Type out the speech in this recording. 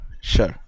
Sure